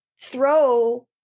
throw